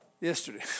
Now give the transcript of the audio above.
Yesterday